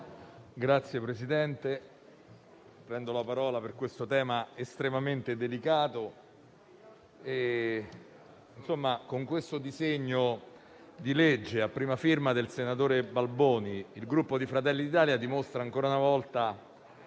Signor Presidente, prendo la parola su questo tema estremamente delicato. Con il disegno di legge a prima firma del senatore Balboni il Gruppo Fratelli d'Italia dimostra, ancora una volta,